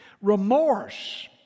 Remorse